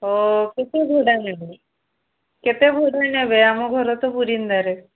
ହେଉ କେତେ ଭଡ଼ା ନେବେ କେତେ ଭଡ଼ା ନେବେ ଆମ ଘର ତ ବୁରିନ୍ଦାରେ